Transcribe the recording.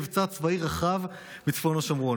שיהיה מבצע צבאי רחב בצפון השומרון.